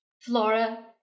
Flora